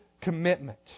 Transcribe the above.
commitment